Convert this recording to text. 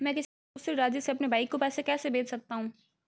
मैं किसी दूसरे राज्य से अपने भाई को पैसे कैसे भेज सकता हूं?